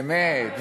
באמת.